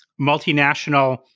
multinational